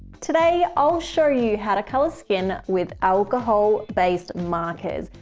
today, i'll show you how to color skin with alcohol based markers,